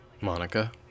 Monica